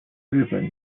日本